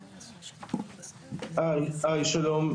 שלום.